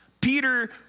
Peter